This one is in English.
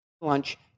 lunch